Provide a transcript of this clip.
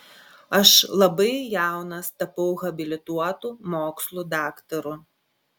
aš labai jaunas tapau habilituotu mokslų daktaru